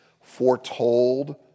foretold